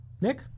Nick